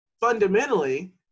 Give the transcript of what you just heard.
Fundamentally